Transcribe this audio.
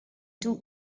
two